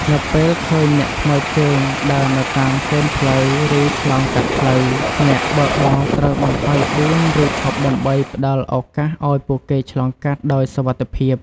នៅពេលឃើញអ្នកថ្មើរជើងដើរនៅតាមគែមផ្លូវ ឬឆ្លងកាត់ផ្លូវ អ្នកបើកបរត្រូវបន្ថយល្បឿនឬឈប់ដើម្បីផ្តល់ឱកាសឱ្យពួកគេឆ្លងកាត់ដោយសុវត្ថិភាព។